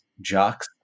jocks